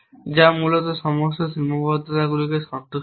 যা মূলত সমস্ত সীমাবদ্ধতাকে সন্তুষ্ট করে